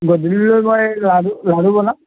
গধূলিলৈ মই লাড়ু লাড়ু বনাম